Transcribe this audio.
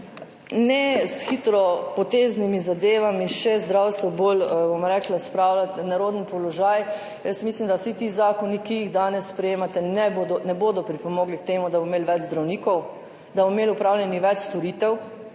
ne s hitropoteznimi zadevami zdravstva še bolj, bom rekla, spravljati v neroden položaj. Mislim, da vsi ti zakoni, ki jih danes sprejemate, ne bodo pripomogli k temu, da bomo imeli več zdravnikov, da bomo imeli opravljenih več storitev,